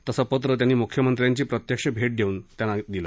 तसं पत्र त्यांनी म्ख्यमंत्र्यांची प्रत्यक्ष भेट घेऊन त्यांना दिलं